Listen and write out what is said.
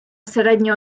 середня